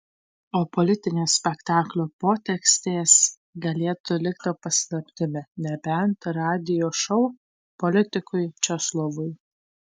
o politinės spektaklio potekstės galėtų likti paslaptimi nebent radijo šou politikui česlovui